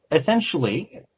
essentially